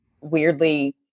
weirdly